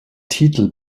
titel